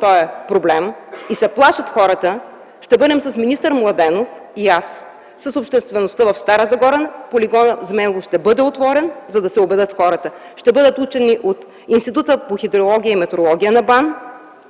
този проблем и се плашат хората, ще бъдем аз и министър Младенов на среща с обществеността в Стара Загора. Полигонът „Змейово” ще бъде отворен, за да се убедят хората. Ще дойдат учени от Института по хидрология и метрология на БАН.